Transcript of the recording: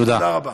תודה רבה.